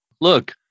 look